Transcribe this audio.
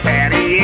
Patty